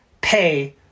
pay